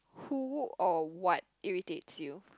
who or what irritates you